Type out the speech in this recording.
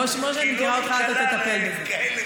כמו שאני מכירה אותך אתה תטפל בזה.